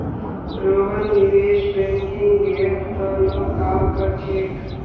रोहन निवेश बैंकिंगेर त न काम कर छेक